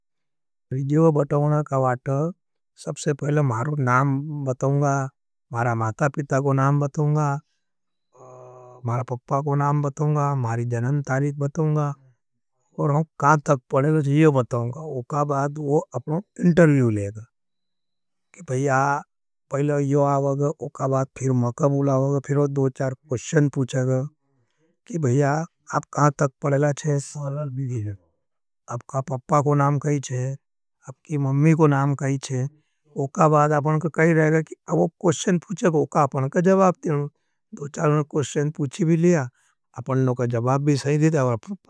विदियो बताओना का वाथ, सबसे पहले मारो नाम बताओंगा, मारा माता पिता को नाम बताओंगा। मारा पपा को नाम बताओंगा, मारी जनन तारीत बताओंगा, और हम का तक पड़ेगा से यहों बताओंगा। मोबायल पहाँ नक्सो देखवाँ, मैं कहा क्या जाना है, अपना मोबायल खोलिया, नक्से अपना कहा सब बताई देगा। कि तुम मारे यो गाउच्छे, वो गाउच्छे, निसमंज में आपका, फिर अपना गूगल पर सर्च्या कर लेवाँ। कि यो गाउच्छ सर्च्या कर लेवाँ, अपना मोबायल पर सर्च्या कर लेवाँ, तो अपना पड़ा पड़ बताई देगा।